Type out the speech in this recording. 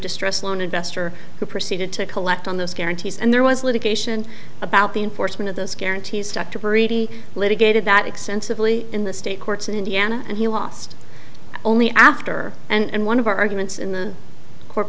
distressed loan investor who proceeded to collect on those guarantees and there was litigation about the enforcement of those guarantees dr murray litigated that extensively in the state courts in indiana and he lost only after and one of our arguments in the court